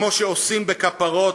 כמו שעושים בכפרות,